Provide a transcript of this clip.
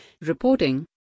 reporting